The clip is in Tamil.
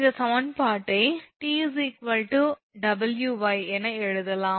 இந்த சமன்பாட்டை 𝑇 𝑊𝑦 என எழுதலாம்